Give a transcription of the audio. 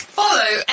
follow